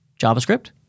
JavaScript